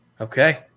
Okay